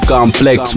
Complex